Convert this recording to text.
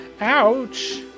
Ouch